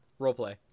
Roleplay